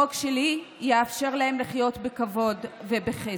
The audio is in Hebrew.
החוק שלי יאפשר להם לחיות בכבוד ובחסד.